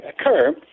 occur